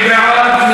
מי בעד?